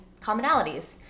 commonalities